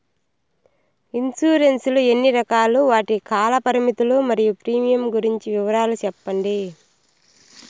Insurance లు ఎన్ని రకాలు? వాటి కాల పరిమితులు మరియు ప్రీమియం గురించి వివరాలు సెప్పండి?